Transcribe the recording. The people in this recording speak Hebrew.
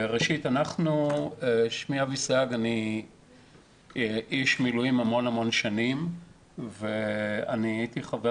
אני איש מילואים המון שנים ואני הייתי חבר